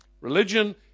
Religion